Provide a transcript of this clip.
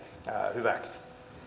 hyväksi